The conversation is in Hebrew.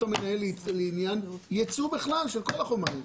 המנהל לעניין ייצוא בכלל של כל החומרים,